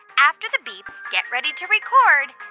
after the beep, get ready to record